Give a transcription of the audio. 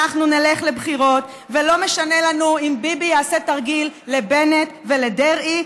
אנחנו נלך לבחירות ולא משנה לנו אם ביבי יעשה תרגיל לבנט ולדרעי,